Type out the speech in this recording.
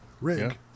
rig